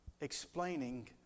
explaining